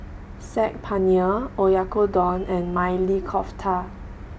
Saag Paneer Oyakodon and Maili Kofta